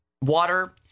water